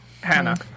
Hannah